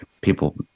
people